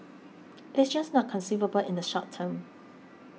it is just not conceivable in the short term